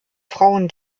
frauen